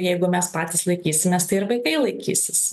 jeigu mes patys laikysimės tai ir vaikai laikysis